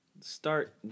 start